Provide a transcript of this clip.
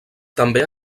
també